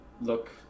look